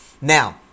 now